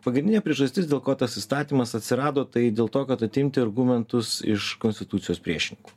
pagrindinė priežastis dėl ko tas įstatymas atsirado tai dėl to kad atimti argumentus iš konstitucijos priešininkų